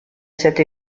cette